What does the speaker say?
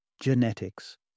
genetics